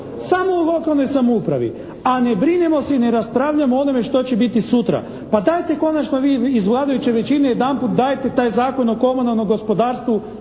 Samo o lokalnoj samoupravi. A ne brinemo se i ne raspravljamo o onome što će biti sutra. Pa dajte konačno vi iz vladajuće većine jedanput dajte taj Zakon o komunalnom gospodarstvu